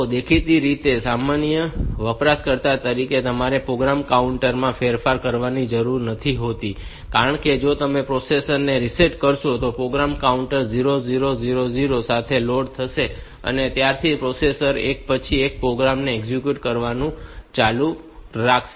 તો દેખીતી રીતે સામાન્ય વપરાશકર્તા તરીકે તમારે પ્રોગ્રામ કાઉન્ટર માં ફેરફાર કરવાની જરૂર નથી હોતી કારણ કે જો તમે પ્રોસેસર ને રીસેટ કરશો તો પ્રોગ્રામ કાઉન્ટર 00000 સાથે લોડ થશે અને ત્યારથી પ્રોસેસર એક પછી એક પ્રોગ્રામ ને એક્ઝિક્યુટ કરવાનું ચાલુ રાખશે